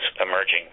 emerging